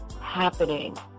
happening